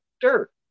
dirt